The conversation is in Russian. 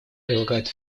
прилагают